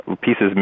pieces